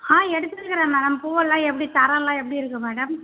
ஆ எடுத்துருக்கிறேன் மேடம் பூவெல்லாம் எப்படி தரமெல்லாம் எப்படி இருக்குது மேடம்